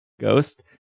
ghost